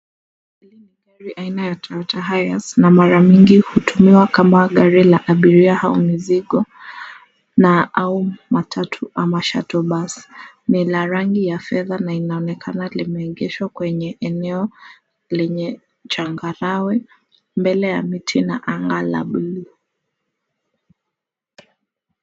Hili ni gari aina ya Toyota Hilux na mara mingi hutumiwa kama gari la abiria au mizigo au matatu au shuttle bus . Ni la rangi ya fedha na inaonekana limeegeshwa kwenye eneo lenye changarawe mbele ya miti na anga la buluu.